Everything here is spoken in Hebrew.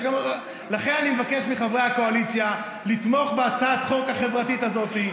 אני מבקש מחברי הקואליציה לתמוך בהצעת החוק החברתית הזאת.